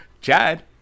Chad